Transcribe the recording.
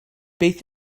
beth